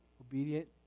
obedient